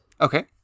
Okay